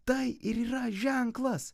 tai ir yra ženklas